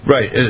Right